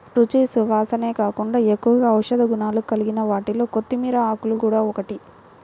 రుచి, సువాసనే కాకుండా ఎక్కువగా ఔషధ గుణాలు కలిగిన వాటిలో కొత్తిమీర ఆకులు గూడా ఒకటి